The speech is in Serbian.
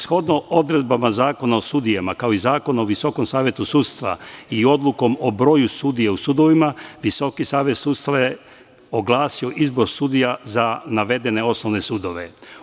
Shodno odredbama Zakona o sudijama, kao i Zakona o Visokom savetu sudstva i odlukom o broju sudija u sudovima, Visoki savet sudstva je oglasio izbor sudija za navedene osnovne sudove.